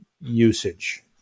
usage